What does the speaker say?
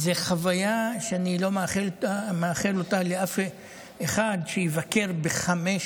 זו חוויה שאני לא מאחל אותה לאף אחד, לבקר בחמש